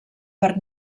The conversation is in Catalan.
per